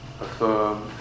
affirm